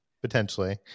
potentially